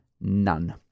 none